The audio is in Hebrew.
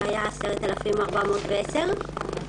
שהיה 10,410 שקלים.